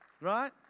Right